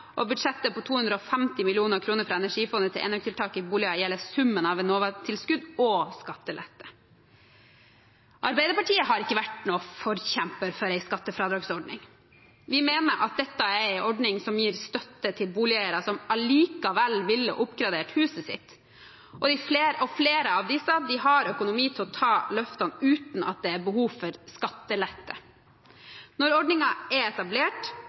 og budsjettet på 250 mill. kr fra Energifondet til enøktiltak i boliger gjelder summen av Enova-tilskudd og skattelette. Arbeiderpartiet har ikke vært noen forkjemper for en skattefradragsordning. Vi mener at dette er en ordning som gir støtte til boligeiere som allikevel ville oppgradert huset sitt, og flere og flere av disse har økonomi til å ta løftene uten at det er behov for skattelette. Når ordningen er etablert